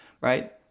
right